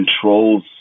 controls